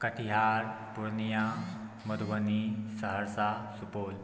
Katihar Purnia Madhubani Saharsa Supaul